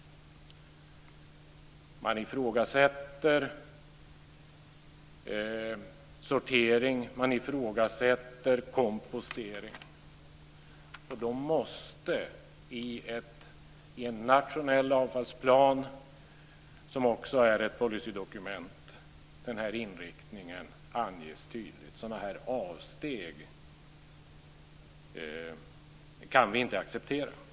Man ifrågasätter sortering och kompostering. I en nationell avfallsplan, som också är ett policydokument, måste inriktningen anges tydligt. Sådana här avsteg kan vi inte acceptera.